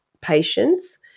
patients